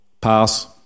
pass